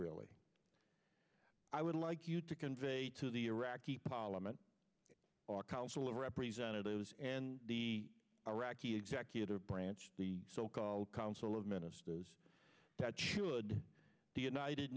really i would like you to convey to the iraqi parliament our council of representatives and the iraqi executive branch the so called council of ministers that should the united